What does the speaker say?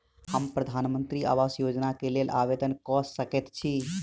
हम प्रधानमंत्री आवास योजना केँ लेल आवेदन कऽ सकैत छी?